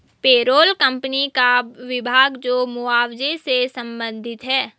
payroll company का विभाग जो मुआवजे से संबंधित है